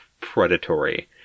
predatory